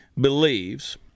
believes